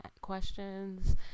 questions